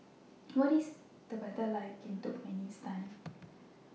What IS The weather like in Turkmenistan